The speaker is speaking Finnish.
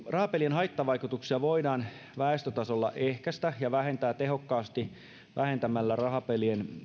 rahapelien haittavaikutuksia voidaan väestötasolla ehkäistä ja vähentää tehokkaasti vähentämällä rahapelien